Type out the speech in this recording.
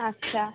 আচ্ছা